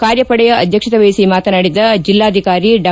ಕಾರ್ಯಪಡೆ ಅಧ್ಯಕ್ಷತೆ ವಹಿಸಿ ಮಾತನಾಡಿದ ಜಿಲ್ಲಾಧಿಕಾರಿ ಡಾ